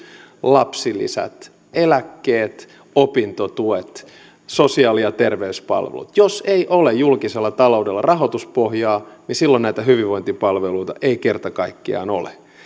lapsilisät eläkkeet opintotuet sosiaali ja terveyspalvelut jos ei ole julkisella taloudella rahoituspohjaa niin silloin näitä hyvinvointipalveluita ei kerta kaikkiaan ole